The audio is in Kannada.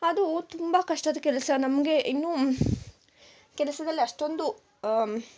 ಅದು ತುಂಬ ಕಷ್ಟದ ಕೆಲಸ ನಮಗೆ ಇನ್ನು ಕೆಲಸದಲ್ಲಿ ಅಷ್ಟೊಂದು